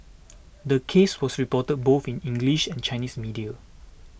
the case was reported both in English and Chinese media